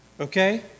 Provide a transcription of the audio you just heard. okay